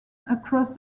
across